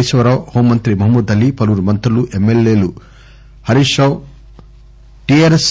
కేశవరావు హోంమంత్రి మహమూద్ అలీ పలువురు మంత్రులు ఎమ్మెల్యే హరీష్ రావు టీఆర్ఎస్